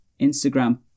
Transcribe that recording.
Instagram